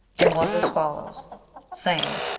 and was as follows sam.